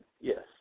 Yes